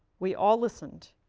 we all listened.